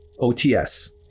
OTS